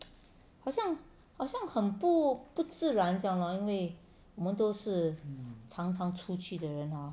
好像好像很不不自然这样 lor 因为我们都是常常出去的人 ah